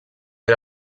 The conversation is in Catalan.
era